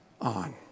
on